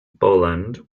bolland